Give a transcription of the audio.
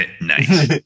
Nice